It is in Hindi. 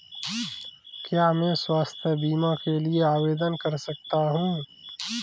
क्या मैं स्वास्थ्य बीमा के लिए आवेदन कर सकता हूँ?